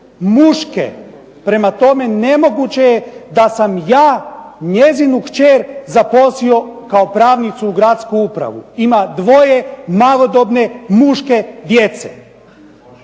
muške, prema tome nemoguće je da sam ja njezinu kćer zaposlio kao pravnicu u Gradsku upravu. Ima 2 malodobne muške djece.